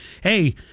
Hey